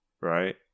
right